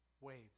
waves